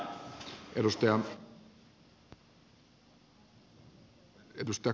arvoisa puhemies